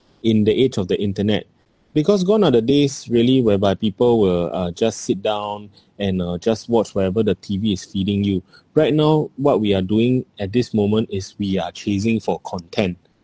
in the age of the internet because gone are the days really whereby people will uh just sit down and uh just watch whatever the T_V is feeding you right know what we are doing at this moment is we are chasing for content